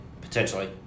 potentially